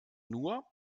nur